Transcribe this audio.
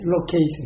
location